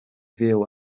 fyw